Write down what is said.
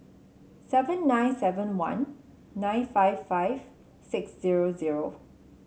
seven nine seven one nine five five six zero zero